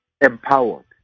empowered